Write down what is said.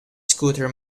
scooter